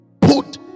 put